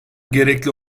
gerekli